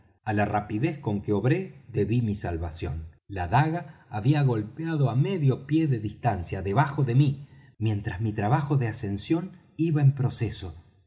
á la rapidez con que obré debí mi salvación la daga había golpeado á medio pie de distancia debajo de mí mientras mi trabajo de ascensión iba en proceso